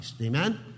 Amen